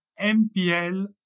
MPL